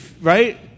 right